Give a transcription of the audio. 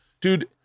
dude